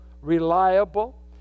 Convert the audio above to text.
reliable